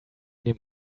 dem